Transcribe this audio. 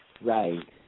Right